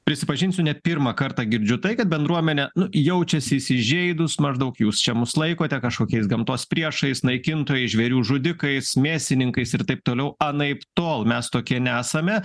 prisipažinsiu ne pirmą kartą girdžiu tai kad bendruomenė jaučiasi įsižeidus maždaug jūs čia mus laikote kažkokiais gamtos priešais naikintojais žvėrių žudikais mėsininkais ir taip toliau anaiptol mes tokie nesame